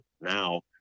now